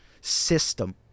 system